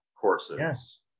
courses